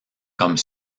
comme